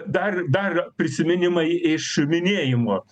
dar dar prisiminimai iš minėjimo